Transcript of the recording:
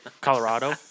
Colorado